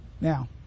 now